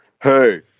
Hey